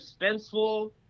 suspenseful